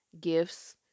gifts